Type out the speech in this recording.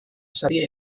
saria